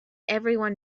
everyone